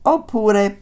Oppure